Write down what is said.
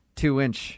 two-inch